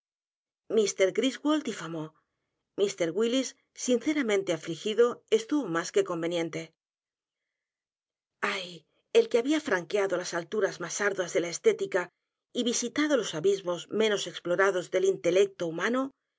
w i l l i s sinceramente afligido estuvo más que conveniente ay el que había franqueado las alturas más arduas de la estética y visitado los abismos menos explorados del intelecto